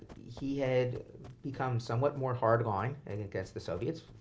he had become somewhat more hardline and against the soviets,